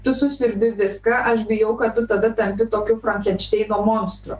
tu susiurbi viską aš bijau kad tu tada tampi tokiu frankenšteino monstru